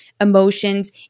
emotions